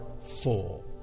full